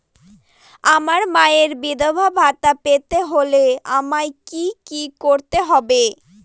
আমার মায়ের বিধবা ভাতা পেতে হলে আমায় কি কি করতে হবে?